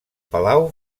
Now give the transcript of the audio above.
palau